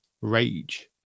Rage